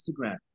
Instagram